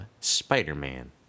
Spider-Man